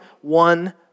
one